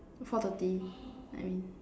four thirty I mean